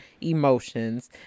emotions